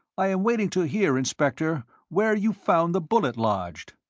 i am waiting to hear, inspector, where you found the bullet lodged?